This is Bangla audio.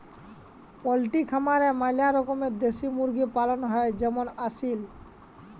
পল্ট্রি খামারে ম্যালা রকমের দেশি মুরগি পালন হ্যয় যেমল আসিল